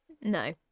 No